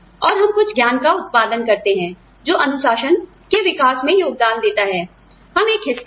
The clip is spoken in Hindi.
और हम कुछ ज्ञान का उत्पादन करते हैं जो अनुशासन के विकास में योगदान देता है हम एक हिस्सा हैं